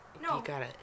No